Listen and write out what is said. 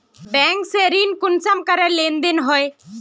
Bank से ऋण कुंसम करे लेन देन होए?